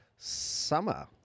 summer